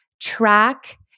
track